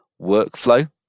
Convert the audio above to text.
workflow